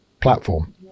platform